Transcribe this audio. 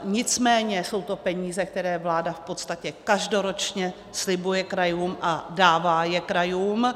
Nicméně jsou to peníze, které vláda v podstatě každoročně slibuje krajům a dává je krajům.